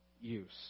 use